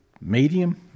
medium